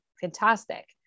Fantastic